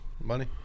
Money